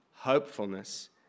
hopefulness